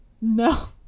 No